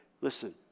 Listen